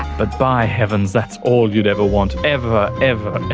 but by heavens that's all you'd ever want ever, ever,